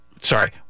sorry